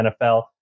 NFL